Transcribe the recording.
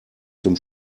zum